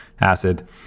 acid